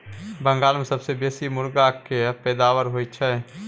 बंगाल मे सबसँ बेसी मुरगा केर पैदाबार होई छै